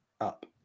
Up